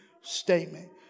statement